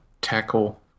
tackle